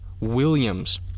Williams